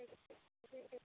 ठीक छै ठीक छै तऽ